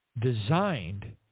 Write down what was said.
designed